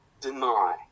deny